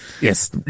Yes